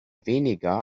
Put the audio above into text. weniger